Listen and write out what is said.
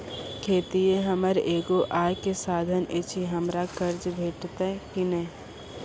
खेतीये हमर एगो आय के साधन ऐछि, हमरा कर्ज भेटतै कि नै?